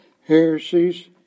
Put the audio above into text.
heresies